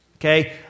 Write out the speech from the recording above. Okay